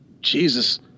Jesus